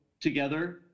together